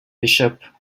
bishop